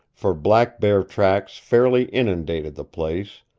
for black bear tracks fairly inundated the place,